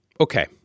okay